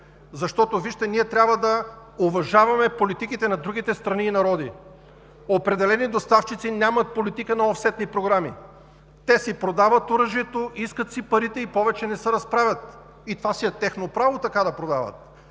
Вижте, ние трябва да уважаваме политиките на другите страни и народи. Определени доставчици нямат политика на офсетни програми. Те си продават оръжието, искат си парите и повече не се разправят, и това си е тяхно право – така да продават.